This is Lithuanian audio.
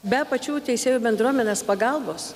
be pačių teisėjų bendruomenės pagalbos